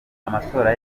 amatora